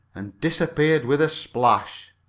and disappeared with a splash.